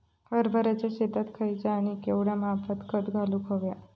हरभराच्या शेतात खयचा आणि केवढया मापात खत घालुक व्हया?